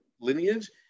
lineage